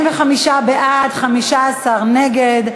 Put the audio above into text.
45 בעד, 15 נגד.